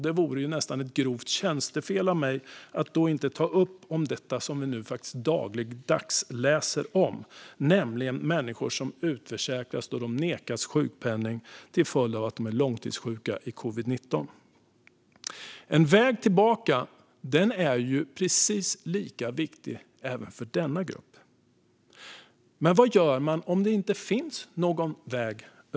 Det vore ett grovt tjänstefel av mig att inte ta upp detta som vi nu dagligdags läser om, nämligen människor som utförsäkras när de nekats sjukpenning till följd av att de är långtidssjuka i covid-19. En väg tillbaka är precis lika viktig för denna grupp. Men vad gör man om det över huvud taget inte finns någon väg?